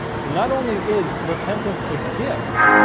so not only is repentance a gift